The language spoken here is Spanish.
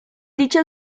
dicha